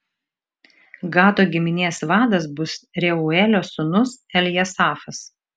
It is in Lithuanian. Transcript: gado giminės vadas bus reuelio sūnus eljasafas